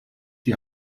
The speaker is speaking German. die